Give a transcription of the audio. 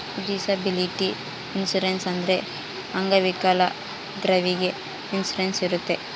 disability insurance ಅಂದ್ರೆ ಅಂಗವಿಕಲದವ್ರಿಗೆ insurance ಇರುತ್ತೆ